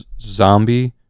zombie